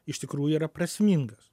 iš tikrųjų yra prasmingas